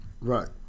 Right